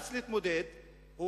נאלץ להתמודד,